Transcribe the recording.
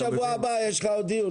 בשבוע הבא יש לך עוד דיון.